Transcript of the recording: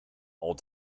old